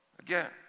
Again